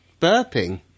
burping